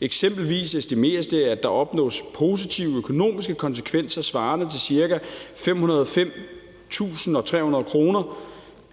Eksempelvis estimeres det, at der opnås positive økonomiske konsekvenser svarende til ca. 505.300 kr.